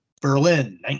Berlin